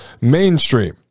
mainstream